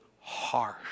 harsh